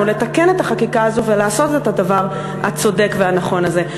לתקן את החקיקה הזו ולעשות את הדבר הצודק והנכון הזה,